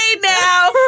now